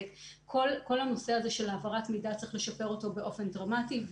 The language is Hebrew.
כל הנושא הזה של העברת מידע צריך לשפר אותו באופן דרמטי.